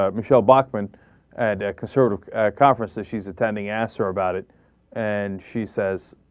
ah michelle bachman and ah. conserve at conferences she's attending answer about it and she says